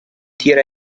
tira